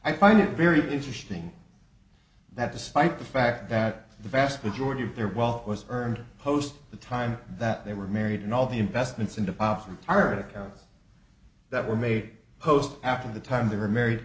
i find it very interesting that despite the fact that the vast majority of their wealth was earned post the time that they were married and all the investments into power from america that were made post after the time they were married